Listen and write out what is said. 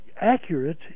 accurate